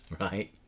right